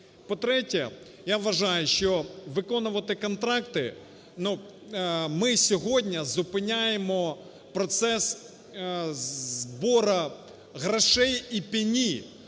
По-третє, я вважаю, що виконувати контракти… Ми сьогодні зупиняємо процес збору грошей і пені,